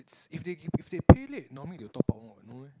if they if they pay late normally they'll top up one what no meh